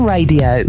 Radio